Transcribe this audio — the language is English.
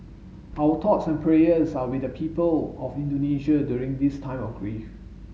our thoughts and prayers are with the people of Indonesia during this time of grief